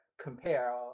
compare